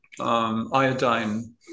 iodine